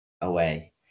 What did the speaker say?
away